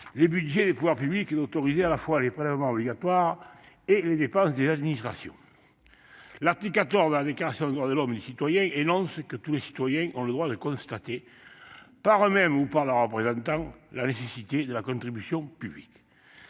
le budget des pouvoirs publics et d'autoriser à la fois les prélèvements obligatoires et les dépenses des administrations. L'article XIV de la Déclaration des droits de l'homme et du citoyen énonce que « tous les Citoyens ont le droit de constater, par eux-mêmes ou par leurs représentants, la nécessité de la contribution publique